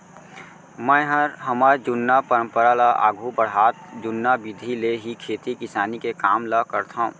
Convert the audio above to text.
मैंहर हमर जुन्ना परंपरा ल आघू बढ़ात जुन्ना बिधि ले ही खेती किसानी के काम ल करथंव